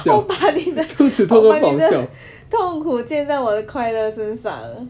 我把你的我把你的痛苦建在我的快乐身上